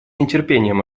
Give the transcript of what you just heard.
нетерпением